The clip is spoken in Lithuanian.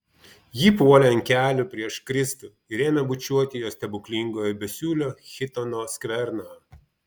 ji puolė ant kelių prieš kristų ir ėmė bučiuoti jo stebuklingojo besiūlio chitono skverną